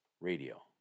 Radio